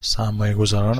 سرمایهگذاران